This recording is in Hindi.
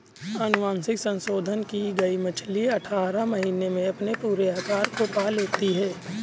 अनुवांशिक संशोधन की गई मछली अठारह महीने में अपने पूरे आकार को पा लेती है